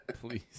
Please